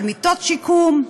על מיטות שיקום.